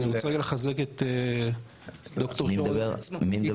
אני רוצה לחזק את ד"ר אלרועי פרייס ולהגיד